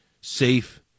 safe